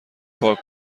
پاک